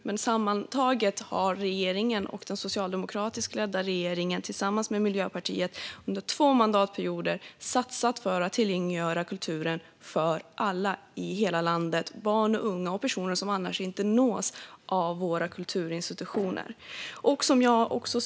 Men sammantaget har den socialdemokratiskt ledda regeringen tillsammans med Miljöpartiet under två mandatperioder satsat för att tillgängliggöra kulturen för alla i hela landet - för barn, unga och personer som Sveriges kulturinstitutioner annars inte når.